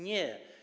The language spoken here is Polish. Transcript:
Nie.